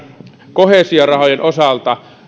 koheesiorahojen osalta koheesiorahojen